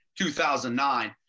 2009